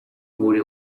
gure